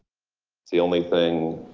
it's the only thing